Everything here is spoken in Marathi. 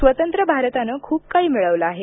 स्वतंत्र भारतानं खूप काही मिळवलं आहे